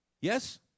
Yes